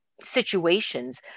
situations